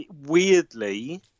weirdly